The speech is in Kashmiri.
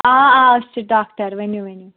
آ آ أسۍ چھِ ڈاکٹر ؤنِو ؤنِو